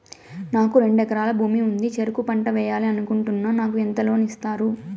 నాకు రెండు ఎకరాల భూమి ఉంది, చెరుకు పంట వేయాలని అనుకుంటున్నా, నాకు ఎంత లోను ఇస్తారు?